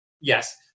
yes